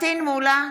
פטין מולא,